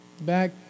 Back